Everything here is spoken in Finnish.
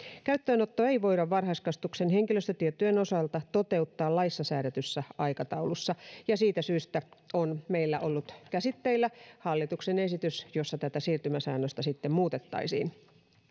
käyttöönottoa ei voida varhaiskasvatuksen henkilöstötietojen osalta toteuttaa laissa säädetyssä aikataulussa ja siitä syystä on meillä ollut käsitteillä hallituksen esitys jolla tätä siirtymäsäännöstä sitten muutettaisiin